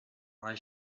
why